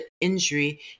injury